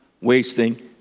wasting